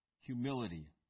humility